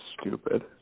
stupid